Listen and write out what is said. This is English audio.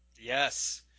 yes